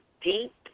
deep